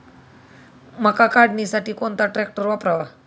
मका काढणीसाठी कोणता ट्रॅक्टर वापरावा?